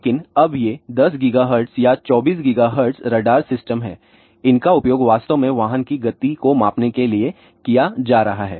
लेकिन अब ये 10 GHz या 24 GHz रडार सिस्टम हैं इनका उपयोग वास्तव में वाहन की गति को मापने के लिए किया जा रहा है